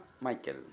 Michael